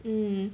mm